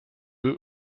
eux